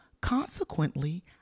consequently